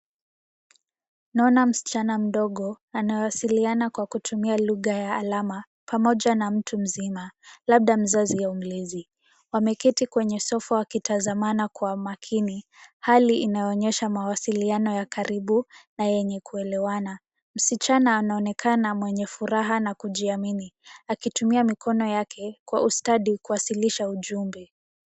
Naona msichana mdogo anawasiliana kwa kutumia lugha ya alama pamoja na mtu mzima labda mzazi au mlezi. Wameketi kwenye sofa wakitazamana kwa makini hali inayoonyesha mawasiliano ya karibu na yenye kuelewana. Msichana anaonekana mwenye fuhara na kujiamini. Akitumia mikono yake kwa ustadi kuwakilisha ujumbe.